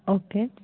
okay